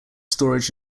storage